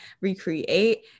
recreate